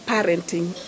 Parenting